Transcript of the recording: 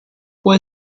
può